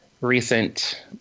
recent